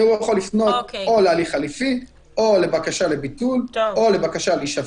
והוא יכול לפנות או להליך חלופי או לבקשה לביטול או לבקשה להישפט.